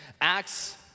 Acts